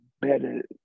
better